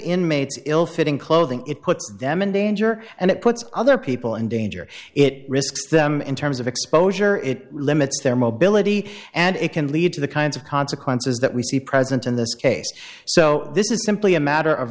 inmates ill fitting clothing it puts them in danger and it puts other people in danger it risks them in terms of exposure it limits their mobility and it can lead to the kinds of consequences that we see present in this case so this is simply a matter of